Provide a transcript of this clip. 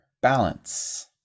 balance